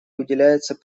уделяется